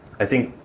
i think